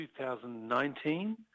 2019